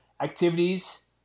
activities